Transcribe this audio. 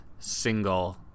Single